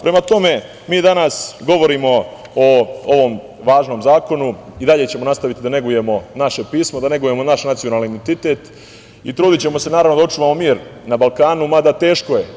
Prema tome, mi danas govorimo o ovom važnom zakonu i dalje ćemo nastaviti da negujemo naše pismo, naš nacionalni identitet i trudićemo se da očuvamo mir na Balkanu, mada teško je.